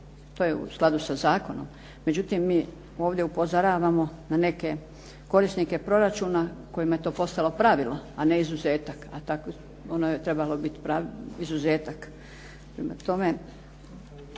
To je u skladu sa zakonom. Međutim, mi ovdje upozoravamo na neke korisnike proračuna kojima je to postalo pravilo a ne izuzetak a ono je trebalo biti izuzetak.